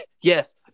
Yes